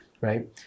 Right